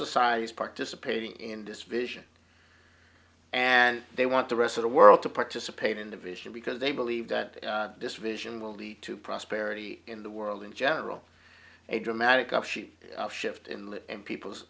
society is participating in this vision and they want the rest of the world to participate in the vision because they believe that this vision will lead to prosperity in the world in general a dramatic upci shift in live in people's